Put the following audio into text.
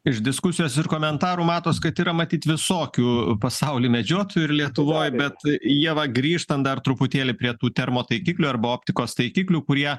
iš diskusijos ir komentarų matos kad yra matyt visokių pasauly medžiotojų ir lietuvoj bet ieva grįžtant dar truputėlį prie tų termotaikiklių arba optikos taikiklių kurie